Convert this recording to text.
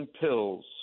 pills